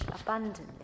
abundantly